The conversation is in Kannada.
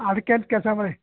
ಅದಕ್ಕೆ ಅಂತ